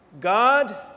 God